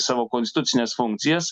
savo konstitucines funkcijas